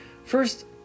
First